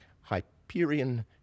Hyperion